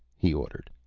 he ordered.